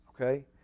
Okay